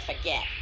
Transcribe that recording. forget